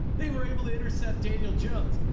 they were able to intercept daniel jones.